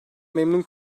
memnun